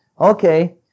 okay